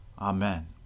Amen